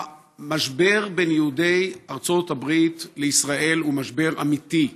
המשבר בין יהודי ארצות הברית לישראל הוא משבר אמיתי,